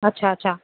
اچھا اچھا